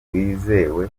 wizewe